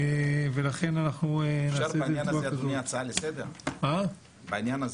אדוני, אפשר הצעה לסדר בעניין הזה?